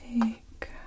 take